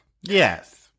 yes